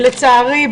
ולצערי,